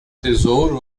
tesouro